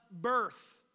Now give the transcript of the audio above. birth